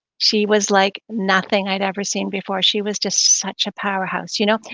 she was like nothing i'd ever seen before. she was just such a powerhouse, you know.